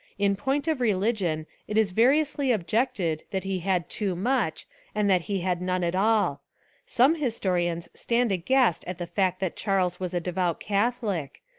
in point of reli gion it is variously objected that he had too much and that he had none at all some his torians stand aghast at the fact that charles was a devout catholic,